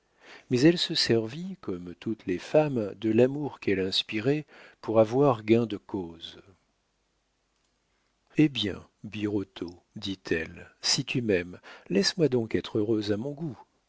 mais elle se servit comme toutes les femmes de l'amour qu'elle inspirait pour avoir gain de cause eh bien birotteau dit-elle si tu m'aimes laisse-moi donc être heureuse à mon goût